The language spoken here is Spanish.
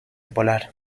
polar